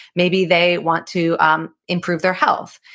maybe they want to um improve their health.